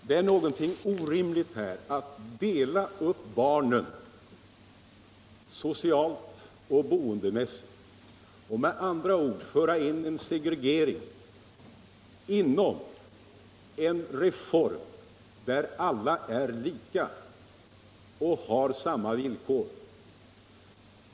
Doet är orimligt att dela upp barnen socialt och boendemässigt och därmed åstadkomma en segregation när det gäller en reform där alla har samma villkor.